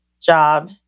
job